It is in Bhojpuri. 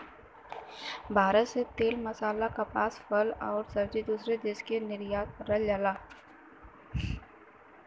भारत से तेल मसाला कपास फल आउर सब्जी दूसरे देश के निर्यात करल जाला